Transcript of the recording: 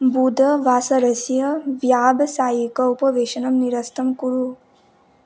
बुधवासरस्य व्यावसायिक उपवेशनं निरस्तं कुरु